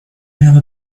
have